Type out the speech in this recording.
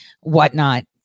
whatnot